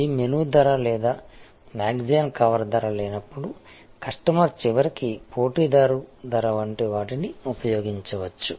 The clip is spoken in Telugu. ఈ మెనూ ధర లేదా మ్యాగజైన్ కవర్ ధర లేనప్పుడు కస్టమర్ చివరికి పోటీదారు ధర వంటి వాటిని ఉపయోగించవచ్చు